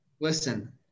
Listen